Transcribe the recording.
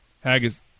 Haggis